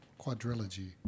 quadrilogy